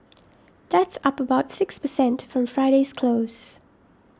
that's up about six per cent from Friday's close